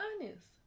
honest